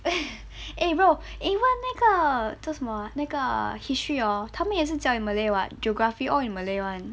eh bro eh 问那个就是什么阿那个 history hor 他们也是教 in malay what geography all in malay [one]